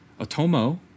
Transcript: Otomo